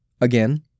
Again